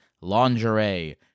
lingerie